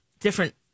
different